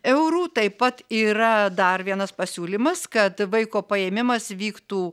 eurų taip pat yra dar vienas pasiūlymas kad vaiko paėmimas vyktų